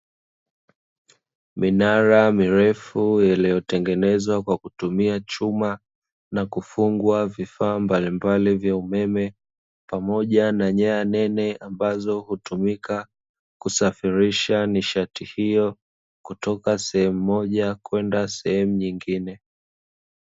Minara mirefu iliyotengenezwa kwa kutumia chuma, na kufungwa vifaa mbalimbali vya umeme, pamoja na nyaya nene ambazo hutumika, kusafirisha nishati hiyo, kutoka sehemu moja kwenda sehemu nyingine.